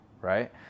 right